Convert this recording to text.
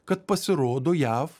kad pasirodo jav